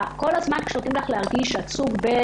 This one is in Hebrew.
כל הזמן נותנים לך להרגיש שאת סוג ב',